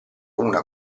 una